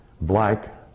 black